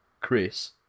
Chris